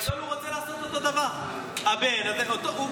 בגדול הוא רוצה לעשות אותו דבר, הבן, זה המודל.